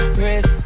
Chris